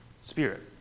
spirit